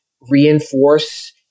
reinforce